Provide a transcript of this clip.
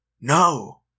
No